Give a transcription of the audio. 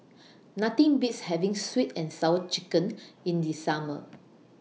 Nothing Beats having Sweet and Sour Chicken in The Summer